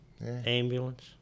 ambulance